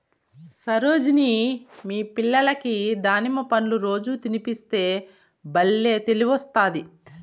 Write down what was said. సరోజిని మీ పిల్లలకి దానిమ్మ పండ్లు రోజూ తినిపిస్తే బల్లే తెలివొస్తాది